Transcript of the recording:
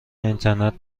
اینترنت